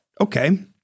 okay